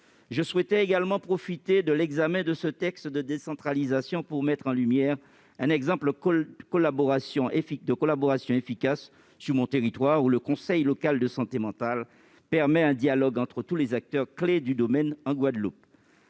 Je souhaitais également profiter de l'examen de ce texte de décentralisation pour mettre en lumière un exemple de collaboration efficace dans mon territoire, la Guadeloupe, où le conseil local de santé mentale permet un dialogue entre tous les acteurs clés du domaine. Ces